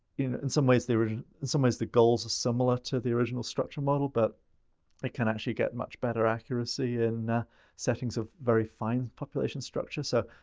in in some ways the original in some ways the goals are similar to the original structure model, but it can actually get much better accuracy in settings of very fine population structure. so,